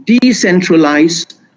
decentralized